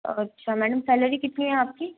अच्छा madam salary कितनी है आपकी